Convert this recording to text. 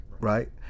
Right